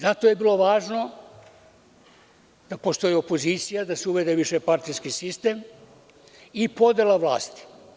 Zato je bilo važno da postoji opozicija, da se uvede višepartijski sistem i podela vlasti.